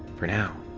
for now,